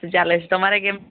શું ચાલે તમારે કેમ